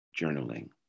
journaling